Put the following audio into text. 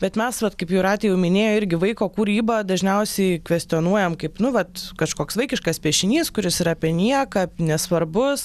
bet mes vat kaip jūratė jau minėjo irgi vaiko kūrybą dažniausiai kvestionuojam kaip nu vat kažkoks vaikiškas piešinys kuris yra apie nieką nesvarbus